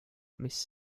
mis